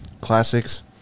Classics